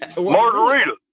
Margarita